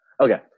Okay